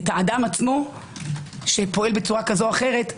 את האדם עצמו שפועל בצורה כזו או אחרת,